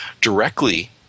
directly